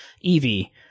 Evie